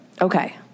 Okay